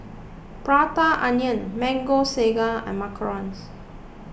Prata Onion Mango Sago and Macarons